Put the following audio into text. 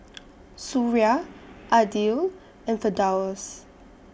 Suria Aidil and Firdaus